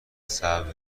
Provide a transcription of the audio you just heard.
سبز